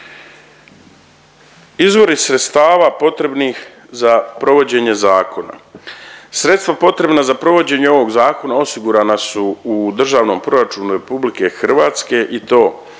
Izvori sredstava potrebnih za provođenje zakona, sredstva potrebna za provođenje ovog zakona osigurana su u državnom proračunu RH i to